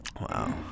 Wow